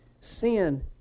Sin